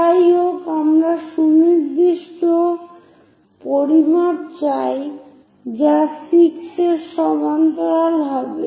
যাইহোক আমরা সুনির্দিষ্ট পরিমাপ চাই যা 6 এর সমান্তরাল হবে